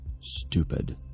stupid